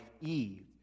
Eve